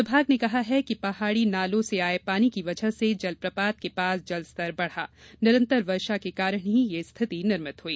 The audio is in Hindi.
विभाग ने कहा है कि पहाड़ी नालों से आए पानी की वजह से जल प्रपात के पास जल स्तर बढ़ा निरंतर वर्षा के कारण ही यह स्थिति निर्मित हुई